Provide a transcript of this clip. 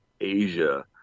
Asia